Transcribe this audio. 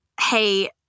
hey